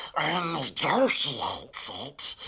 i negotiates it.